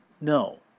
No